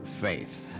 faith